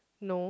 no